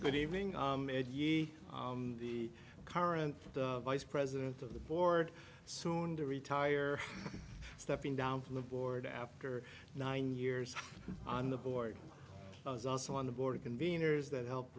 good evening the current vice president of the board soon to retire stepping down from the board after nine years on the board i was also on the board of conveners that helped